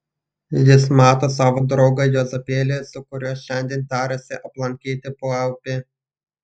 jis mato savo draugą juozapėlį su kuriuo šiandien tarėsi aplankyti paupį